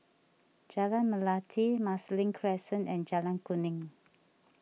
Jalan Melati Marsiling Crescent and Jalan Kuning